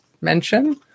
mention